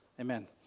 Amen